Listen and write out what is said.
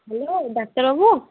hello ডাক্তারবাবু